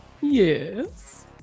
Yes